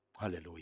Hallelujah